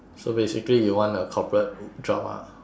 so basically you want a corporate job ah